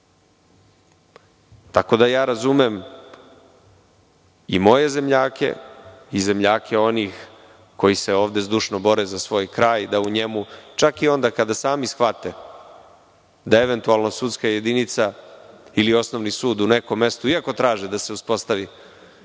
tako da ja razumem i moje zemljake i zemljake onih koji se ovde zdušno bore za svoj kraj da u njemu čak i onda kada sami shvate da eventualno sudska jedinica ili osnovni sud u nekom mestu, iako traži da se uspostavi,